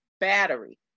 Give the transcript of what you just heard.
battery